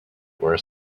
were